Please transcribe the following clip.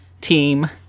team